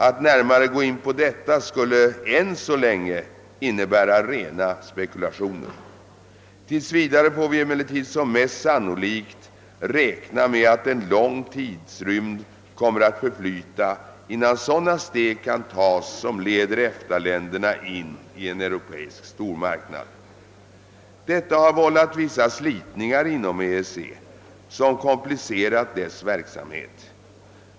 Att närmare gå in på detta skulle än så länge innebära rena spekulationer. Tills vidare får vi emellertid som mest sannolikt räkna med att en lång tidsrymd kommer att förflyta innan sådana steg kan tas som leder EFTA-länderna in i en europeisk stormarknad. Detta har vållat vissa slitningar inom EEC, som komplicerat dess werksamhet.